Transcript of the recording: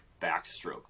backstroke